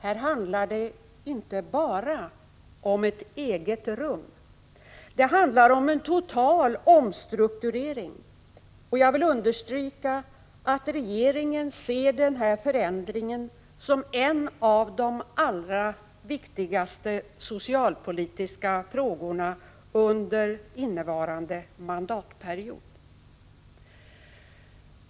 Här handlar det inte bara om ett eget rum — det handlar om en total omstrukturering, och jag vill understryka att regeringen ser denna förändring som en av de allra viktigaste socialpolitiska frågorna under den innevarande mandatperioden.